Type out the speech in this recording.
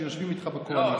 שיושבים איתך בקואליציה.